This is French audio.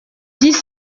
dix